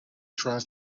tries